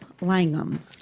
Langham